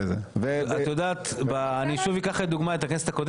את יודעת, אני שוב אקח לדוגמה את הכנסת הקודמת.